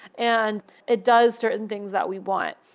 and it does certain things that we want.